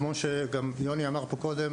כמו שגם יוני אמר פה קודם.